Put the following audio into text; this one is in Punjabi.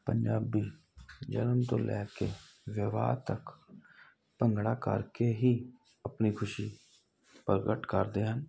ਪੰਜਾਬੀ ਜਨਮ ਤੋਂ ਲੈ ਕੇ ਵਿਵਾਹ ਤੱਕ ਭੰਗੜਾ ਕਰਕੇ ਹੀ ਆਪਣੀ ਖੁਸ਼ੀ ਪ੍ਰਗਟ ਕਰਦੇ ਹਨ